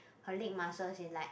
her leg muscle is like